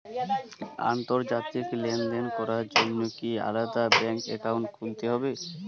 আন্তর্জাতিক লেনদেন করার জন্য কি আলাদা ব্যাংক অ্যাকাউন্ট খুলতে হবে?